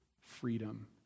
freedom